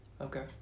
Okay